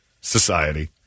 society